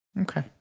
okay